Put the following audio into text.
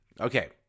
Okay